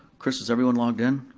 chris, is everyone logged in?